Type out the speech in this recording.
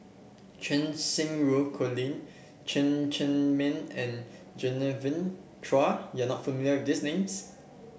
Cheng Xinru Colin Chen Cheng Mei and Genevieve Chua you are not familiar with these names